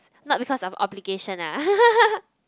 not because of obligation ah